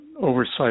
oversight